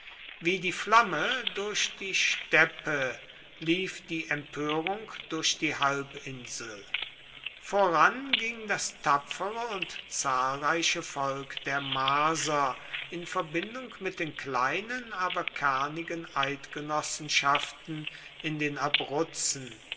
wie die flamme durch die steppe lief die empörung durch die halbinsel voran ging das tapfere und zahlreiche volk der marser in verbindung mit den kleinen aber kernigen eidgenossenschaften in den abruzzen